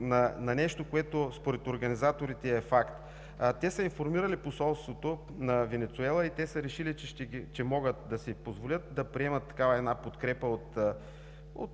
на нещо, което според организаторите е факт. Те са информирали посолството на Венецуела и са решили, че могат да си позволят да приемат една такава подкрепа от